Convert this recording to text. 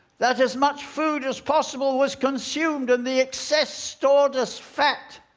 that as much food as possible was consumed and the excess stored as fat,